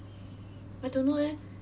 I don't know eh